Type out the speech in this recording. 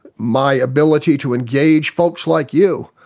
my ability to engage folks like you,